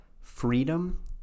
freedom